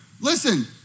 Listen